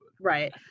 Right